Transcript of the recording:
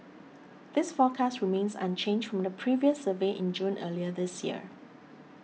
this forecast remains unchanged from the previous survey in June earlier this year